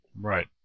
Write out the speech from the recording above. Right